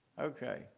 Okay